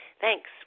thanks